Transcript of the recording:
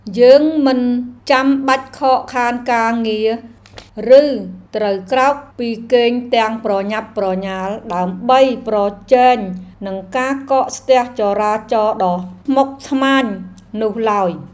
យើងមិនចាំបាច់ខកខានការងារ ឬត្រូវក្រោកពីគេងទាំងប្រញាប់ប្រញាល់ដើម្បីប្រជែងនឹងការកកស្ទះចរាចរណ៍ដ៏ស្មុគស្មាញនោះឡើយ។